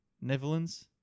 Netherlands